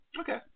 Okay